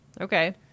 Okay